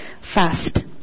fast